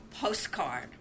postcard